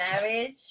marriage